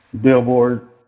billboard